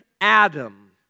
Adam